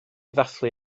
ddathlu